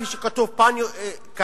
כמו שכתוב כאן,